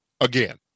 again